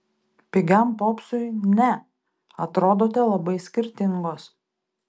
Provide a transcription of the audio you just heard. pigiam popsui ne atrodote labai skirtingos